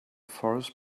forest